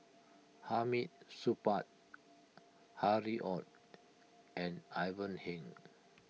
Hamid Supaat Harry Ord and Ivan Heng